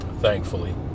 thankfully